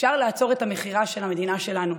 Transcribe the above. אפשר לעצור את המכירה של המדינה שלנו.